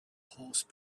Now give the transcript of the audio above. horse